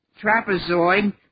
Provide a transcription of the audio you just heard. trapezoid